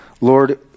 Lord